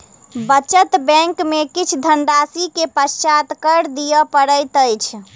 बचत बैंक में किछ धनराशि के पश्चात कर दिअ पड़ैत अछि